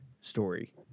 story